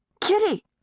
Kitty